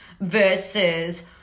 versus